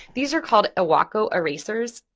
these are called iwako erasers,